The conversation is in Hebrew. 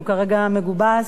והוא כרגע מגובס,